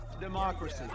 democracy